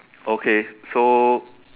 okay so